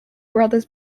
brothers